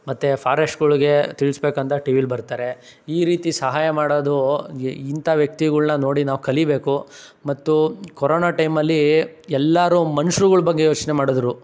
ಮತ್ತೆ ಫಾರೆಶ್ಟ್ಗಳ ಬಗ್ಗೆ ತಿಳಿಸಬೇಕು ಅಂತ ಟಿ ವೀಲಿ ಬರ್ತಾರೆ ಈ ರೀತಿ ಸಹಾಯ ಮಾಡೋದು ಇ ಇಂಥ ವ್ಯಕ್ತಿಗಳನ್ನ ನೋಡಿ ನಾವು ಕಲೀಬೇಕು ಮತ್ತು ಕೊರೋನಾ ಟೈಮಲ್ಲಿ ಎಲ್ಲರೂ ಮನುಷ್ಯರ್ಗಳ ಬಗ್ಗೆ ಯೋಚನೆ ಮಾಡಿದ್ರು